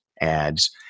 ads